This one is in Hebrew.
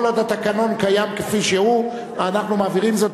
כל עוד התקנון קיים כפי שהוא אנחנו מעבירים זאת